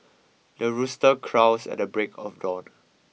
the rooster crows at the break of dawn